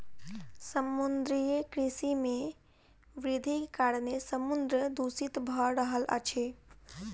समुद्रीय कृषि मे वृद्धिक कारणेँ समुद्र दूषित भ रहल अछि